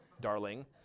darling